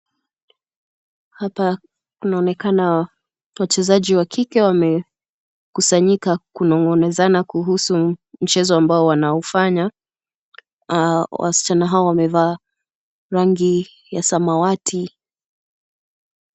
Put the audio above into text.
Hapa kunaonekana wachezaji wa kike wamekusanyika kunong'onezana kuhusu mchezo ambao wanaufanya, wasichana hawa wamevaa rangi ya samawati.